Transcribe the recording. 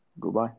Goodbye